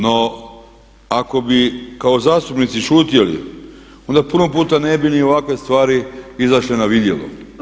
No, ako bi kao zastupnici šutjeli onda puno puta ne bi ni ovakve stvari izašle na vidjelo.